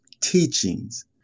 teachings